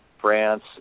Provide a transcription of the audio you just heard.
France